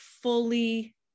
fully